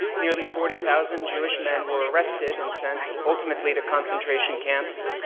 nearly forty thousand jewish men were arrested and sent ultimately to concentration camps.